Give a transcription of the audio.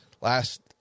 last